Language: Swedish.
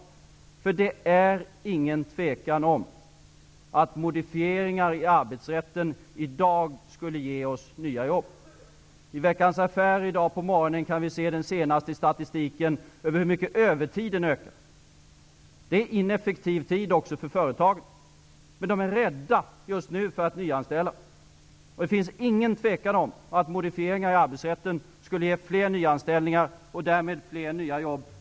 Det är nämligen inget tvivel om att modifieringar i arbetsrätten i dag skulle ge oss nya jobb. I dagens Veckans Affärer kan vi se den senaste statistiken över hur mycket övertiden ökar. Det är ineffektiv tid också för företagen. De är nämligen just nu rädda för att nyanställa. Det finns inget tvivel om att modifieringar i arbetsrätten skulle ge fler nyanställningar och därmed fler nya jobb.